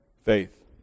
faith